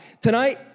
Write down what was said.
Tonight